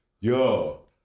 Yo